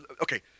okay